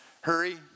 Hurry